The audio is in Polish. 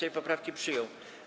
Sejm poprawki przyjął.